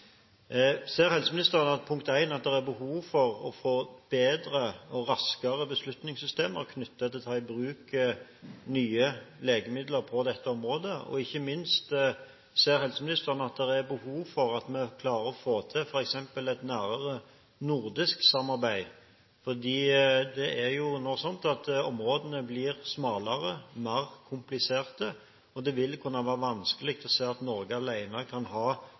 Ser helseministeren at det er behov for å få bedre og raskere beslutningssystemer knyttet til det å ta i bruk nye legemidler på dette området? Og ikke minst: Ser helseministeren at det er behov for at vi klarer å få til f.eks. et nærere nordisk samarbeid? Det er jo nå slik at områdene blir smalere, mer kompliserte, og det er vanskelig å se at Norge alene kan ha